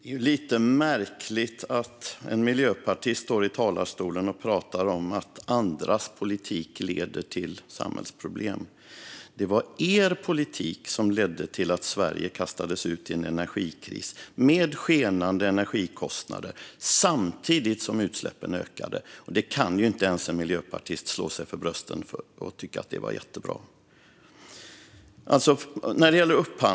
Fru talman! Det är lite märkligt att en miljöpartist står i talarstolen och pratar om att andras politik leder till samhällsproblem. Det var Miljöpartiets politik som ledde till att Sverige kastades ut i en energikris med skenande energikostnader samtidigt som utsläppen ökade. Inte ens en miljöpartist kan slå sig för bröstet och tycka att det var jättebra.